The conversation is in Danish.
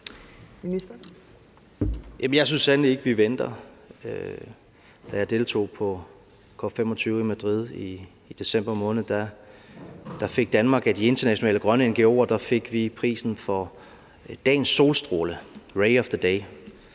jeg synes sandelig ikke, vi venter. Da jeg deltog på COP25 i Madrid i december måned, fik Danmark af de internationale grønne ngo'er prisen for dagens solstråle, ray of the day.